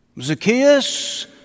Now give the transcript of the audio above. Zacchaeus